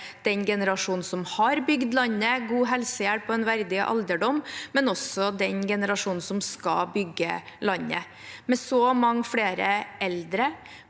den generasjonen som har bygd landet, god helsehjelp og en verdig alderdom, men også den generasjonen som skal bygge landet. Med så mange flere eldre,